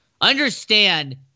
Understand